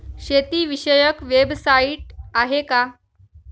शेतीविषयक वेबसाइट आहे का?